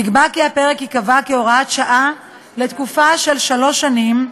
נקבע כי הפרק ייקבע כהוראת שעה לתקופה של שלוש שנים,